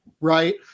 right